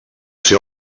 ser